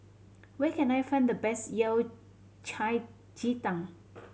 where can I find the best Yao Cai ji tang